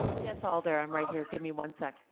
yes, all there. i'm right here, give me one sec.